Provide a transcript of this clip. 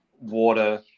water